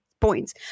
points